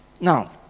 Now